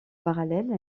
parallèle